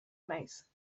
naiz